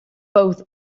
both